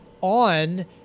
on